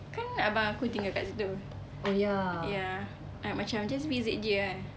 kan abang aku tinggal kat situ ya like macam just visit dia ah